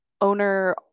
owner